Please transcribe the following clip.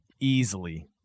easily